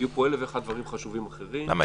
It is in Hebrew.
יהיו פה אלף ואחד דברים חשובים אחרים --- למה?